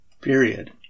period